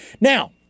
Now